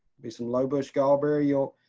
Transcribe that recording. be some lowbush gall berry. your,